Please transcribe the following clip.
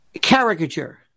caricature